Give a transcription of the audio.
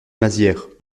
mazières